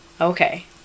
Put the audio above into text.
okay